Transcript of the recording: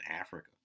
Africa